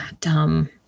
dumb